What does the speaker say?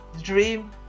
dream